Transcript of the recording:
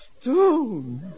Stone